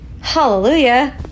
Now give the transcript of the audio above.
Hallelujah